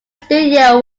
studio